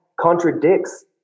contradicts